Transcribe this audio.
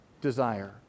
desire